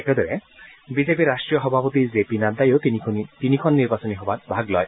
একদৰে বিজেপিৰ ৰাষ্ট্ৰীয় সভাপতি জে পি নাড্ডায়ো তিনিখন নিৰ্বাচনী সভাত ভাগ লয়